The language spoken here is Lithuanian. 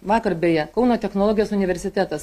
vakar beje kauno technologijos universitetas